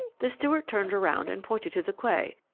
the steward turned around and pointed to the quay.